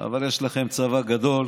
אבל יש לכם צבא גדול